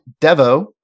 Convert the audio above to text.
Devo